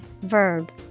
Verb